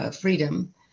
Freedom